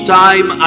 time